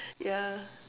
yeah